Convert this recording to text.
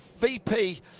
VP